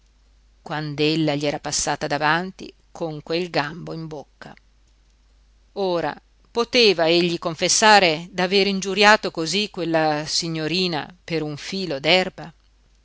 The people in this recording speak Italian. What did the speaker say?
quand'ella gli era passata davanti con quel gambo in bocca ora poteva egli confessare d'avere ingiuriato cosí quella signorina per un filo